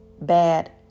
bad